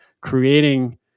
creating